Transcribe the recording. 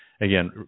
again